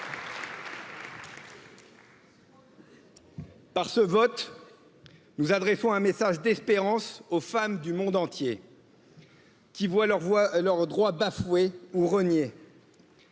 Par ce vote, nous adressons un aux femmes du monde entier. qui voient leurs droits bafoués ou renié